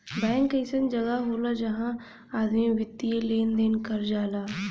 bank अइसन जगह होला जहां आदमी वित्तीय लेन देन कर जाला